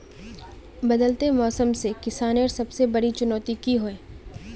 बदलते मौसम से किसानेर सबसे बड़ी चुनौती की होय?